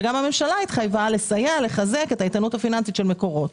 וגם הממשלה התחייבה לסייע לחזק את האיתנות הפיננסית של מקורות.